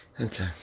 Okay